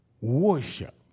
worship